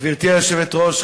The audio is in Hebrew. גברתי היושבת-ראש,